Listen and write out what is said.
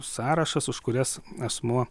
sąrašas už kurias asmuo